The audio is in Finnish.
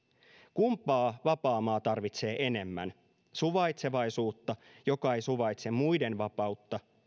kumpaa vapaa maa tarvitsee enemmän suvaitsevaisuutta joka ei suvaitse muiden vapautta